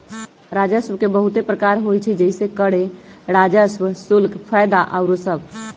राजस्व के बहुते प्रकार होइ छइ जइसे करें राजस्व, शुल्क, फयदा आउरो सभ